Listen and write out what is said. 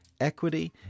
equity